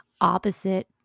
opposite